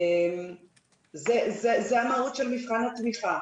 זו המהות של מבחן התמיכה.